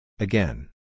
Again